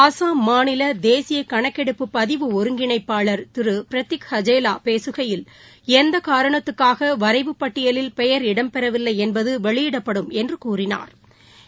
அஸ்ஸாம் மாநிலதேசியகணக்கெடுப்பு பதிவு ஒருங்கிணைப்பாளர் திருபிரத்திக் ஹஜேலாபேககையில் எந்தகாரணத்துக்காகவரைவு பட்டியலில் பெயர் இடம் பெறவில்லைஎன்பதுவெளியிடப்படும் என்றுகூறினாா்